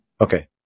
Okay